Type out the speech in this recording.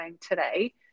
today